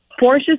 Porsche